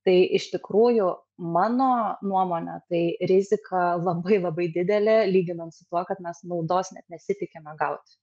tai iš tikrųjų mano nuomone tai rizika labai labai didelė lyginant su tuo kad mes naudos net nesitikime gauti